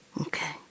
Okay